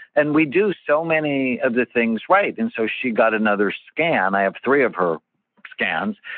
and we do so many of the things right. and so she got another scan. i have three of her scans.